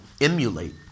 emulate